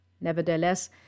Nevertheless